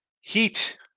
Heat